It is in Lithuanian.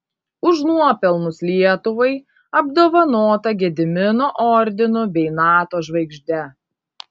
už nuopelnus lietuvai apdovanota gedimino ordinu bei nato žvaigžde